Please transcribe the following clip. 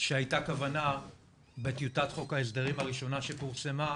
שהייתה כוונה בטיוטת חוק ההסדרים הראשונה שפורסמה,